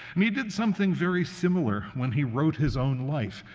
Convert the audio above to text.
and he did something very similar when he wrote his own life,